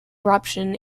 eruption